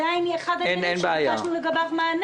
זה אחד הדברים שביקשנו לגביו מענה.